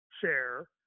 share